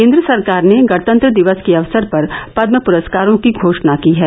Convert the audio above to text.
केन्द्र सरकार ने गणतंत्र दिवस के अवसर पर पदम प्रस्कारों की घोषणा की है